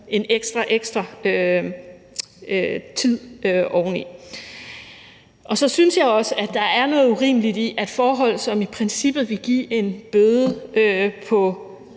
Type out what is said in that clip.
en ekstra, ekstra tid oveni. Så synes jeg også, at der er noget urimeligt i, at forhold, som i princippet ville give en bøde på